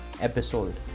episode